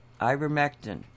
ivermectin